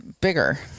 Bigger